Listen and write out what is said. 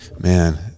Man